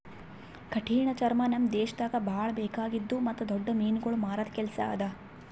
ಕಠಿಣ ಚರ್ಮ ನಮ್ ದೇಶದಾಗ್ ಭಾಳ ಬೇಕಾಗಿದ್ದು ಮತ್ತ್ ದೊಡ್ಡ ಮೀನುಗೊಳ್ ಮಾರದ್ ಕೆಲಸ ಅದಾ